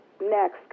next